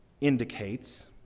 indicates